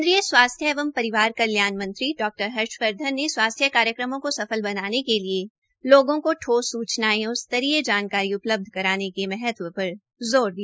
केन्द्रीय स्वास्थ्य एवं परिवार कल्याण मंत्री डा हर्षवर्धन ने स्वास्थ्य कार्यक्रामें को सफल बनाने के लिये लोगों को ठोस सूचनायें और स्तरीय जानकारी उपलब्ध कराने के महत्व का उल्लेख किया